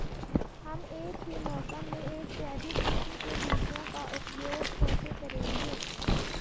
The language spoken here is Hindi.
हम एक ही मौसम में एक से अधिक किस्म के बीजों का उपयोग कैसे करेंगे?